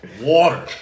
Water